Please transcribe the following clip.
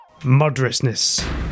Murderousness